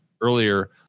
earlier